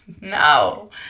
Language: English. No